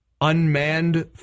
unmanned